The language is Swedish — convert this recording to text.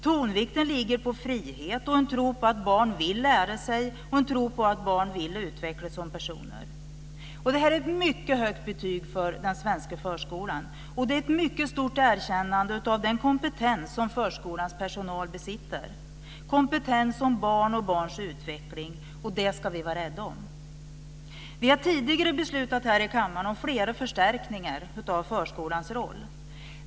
Tonvikten ligger på frihet och en tro på att barn vill lära sig och en tro på att barn vill utvecklas som personer. Det är ett mycket högt betyg för den svenska förskolan, och det är ett mycket stort erkännande av den kompetens som förskolans personal besitter. Det är kompetens om barn och barns utveckling, och den ska vi vara rädda om. Vi har tidigare beslutat i kammaren om flera förstärkningar av förskolans roll.